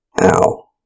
ow